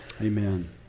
Amen